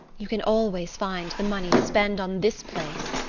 you can always find the money to spend on this place.